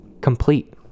complete